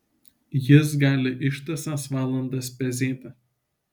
jis gali ištisas valandas pezėti